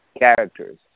characters